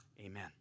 Amen